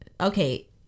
Okay